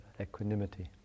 equanimity